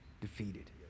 defeated